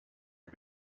had